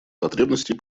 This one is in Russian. потребностей